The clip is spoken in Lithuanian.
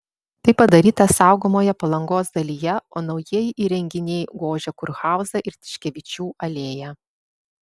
tai padaryta saugomoje palangos dalyje o naujieji įrenginiai gožia kurhauzą ir tiškevičių alėją